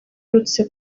uherutse